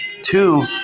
Two